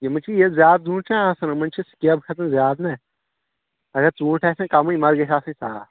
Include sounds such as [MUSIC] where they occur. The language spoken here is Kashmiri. یِمَن چھُ یہِ زیادٕ [UNINTELLIGIBLE] چھِنہ آسان یِمَن چھِ سٕکیب کھَسان زیادٕ نہ اَگر ژوٗنٹھۍ آسَن کَمٕے مَگر گٔژھۍ آسٕنۍ صاف